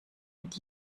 mit